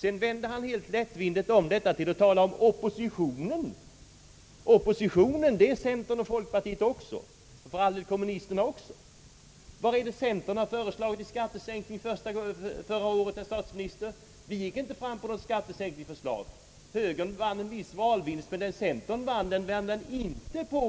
Sedan övergick statsministern helt lättvindigt till att tala om oppositionen — d.v.s. även centern och folkpartiet och dessutom kommunisterna på ett sätt som om centern föreslagit skattesänkningar och att dess politik brutit samman. Vad föreslog centern i skattesänkning förra året, herr statsminister? Vi framlade inte något skattesänkningsförslag alls. Högern gjorde en viss valvinst, men centerns mycket större framgång